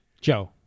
Joe